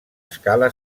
escala